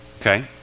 Okay